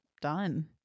done